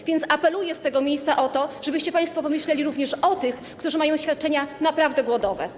A więc apeluję z tego miejsca o to, żebyście państwo pomyśleli również o tych, którzy mają świadczenia naprawdę głodowe.